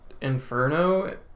inferno